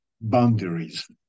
boundaries